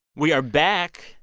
we are back.